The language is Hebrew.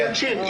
תמשיך.